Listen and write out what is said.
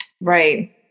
Right